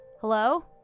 Hello